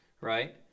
right